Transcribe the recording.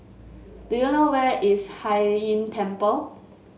do you know where is Hai Inn Temple